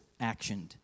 actioned